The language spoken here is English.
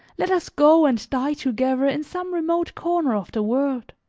let us go and die together in some remote corner of the world.